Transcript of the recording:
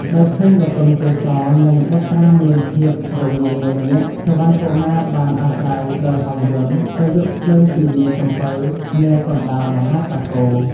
ដោយឃើញបទុមកេសរ និងបុត្រាមានភាពរងាញ័រញាក់ សុវណ្ណកុមារបានអាស្រ័យដោយហង្សយន្តទៅយកភ្លើងពីនាយសំពៅនាកណ្តាលមហាសាគរ។